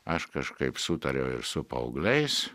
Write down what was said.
aš kažkaip sutariau ir su paaugliais